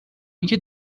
اینکه